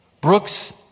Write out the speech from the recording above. Brooks